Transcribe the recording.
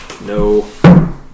No